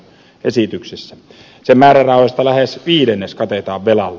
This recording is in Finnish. sen määrärahoista lähes viidennes katetaan velalla